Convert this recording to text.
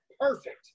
Perfect